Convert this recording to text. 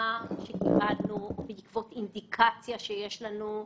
תלונה שקיבלנו, בעקבות אינדיקציה שיש לנו.